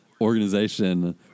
organization